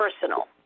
personal